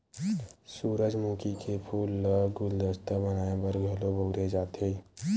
सूरजमुखी के फूल ल गुलदस्ता बनाय बर घलो बउरे जाथे